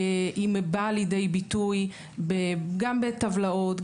היא באה לידי ביטוי גם בטבלאות,